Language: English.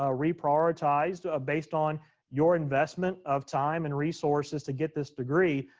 ah reprioritized ah based on your investment of time and resources to get this degree.